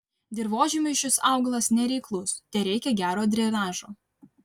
dirvožemiui šis augalas nereiklus tereikia gero drenažo